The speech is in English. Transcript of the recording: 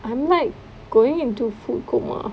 I'm like going into food coma